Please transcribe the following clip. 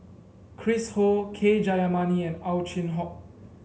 Chris Ho K Jayamani and Ow Chin Hock